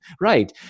Right